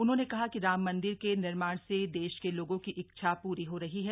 उन्होंने कहा कि राम मन्दिर के निर्माण से देश के लोगों की इच्छा पूरी हो रही है